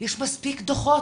יש מספיק דוחות.